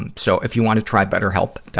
and so, if you wanna try betterhelp.